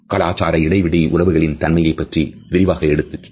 கலாச்சார இடைவெளி உறவுகளின் தன்மையைப் பற்றி விரிவாக எடுத்துச் சொல்லும்